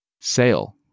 Sale